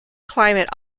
climate